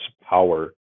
power